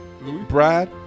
Brad